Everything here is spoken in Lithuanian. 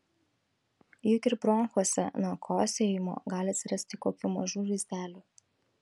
juk ir bronchuose nuo kosėjimo gali atsirasti kokių mažų žaizdelių